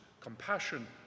compassion